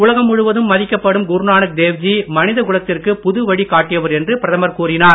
உலகம் முழுவதும் மதிக்கப்படும் குருநானக் தேவ்ஜி மனித குலத்திற்கு புதுவழி காட்டியவர் என்று பிரதமர் கூறினார்